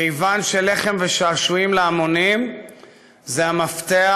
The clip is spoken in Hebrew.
כיוון שלחם ושעשועים להמונים זה המפתח